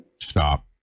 Stop